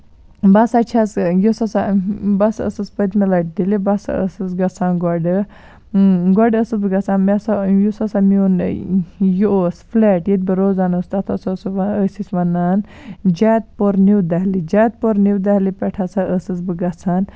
بہٕ ہسا چھَس یُس ہسا بہٕ ہسا ٲسٕس پٔتمہِ لَٹہِ دِلہِ بہٕ ہسا ٲسٕس گژھان گۄڈٕ گۄڈٕ ٲسٕس بہٕ گژھان مےٚ ہسا أنۍ یُس ہسا میون یہِ اوس فلیٹ ییٚتہِ بہٕ روزان ٲسٕس تَتھ اوس ٲسۍ أسۍ وَنان جیدپور نیوٗ دہلی جیدپور نو دہلی پٮ۪ٹھ ہسا ٲسٕس بہٕ گژھان